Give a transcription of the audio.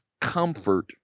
comfort